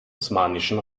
osmanischen